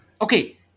Okay